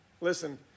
listen